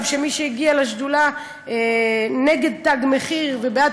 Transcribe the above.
שמי שהגיעו לשדולה נגד "תג מחיר" ובעד